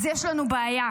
אז יש לנו בעיה,